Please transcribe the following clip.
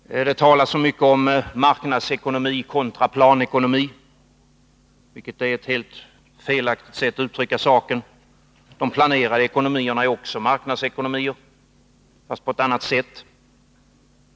Det talas så mycket om marknadsekonomi kontra planekonomi, vilket är ett helt felaktigt sätt att uttrycka saken. De planerade ekonomierna är också marknadsekonomier, fast på ett annat sätt.